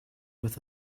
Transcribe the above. with